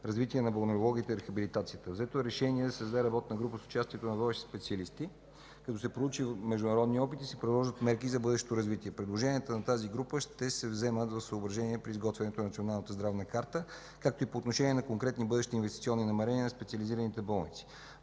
развитие на балнеологията и рехабилитацията. Взето е решение да се създаде работна група с участието на водещи специалисти, като се проучи международния опит и се приложат мерки за бъдещото развитие. Предложенията на тази група ще се вземат в съображения при изготвянето на Националната здравна карта, както и по отношение на конкретни бъдещи инвестиционни намерения на специализираните болници.